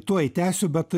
tuoj tęsiu bet